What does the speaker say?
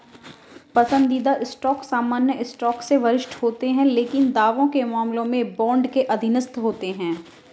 पसंदीदा स्टॉक सामान्य स्टॉक से वरिष्ठ होते हैं लेकिन दावों के मामले में बॉन्ड के अधीनस्थ होते हैं